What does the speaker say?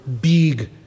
big